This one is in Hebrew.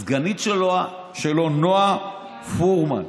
הסגנית שלו, נועה פורמן.